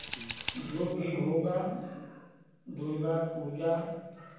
जो भी होगा दुर्गा पूजा